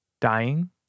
dying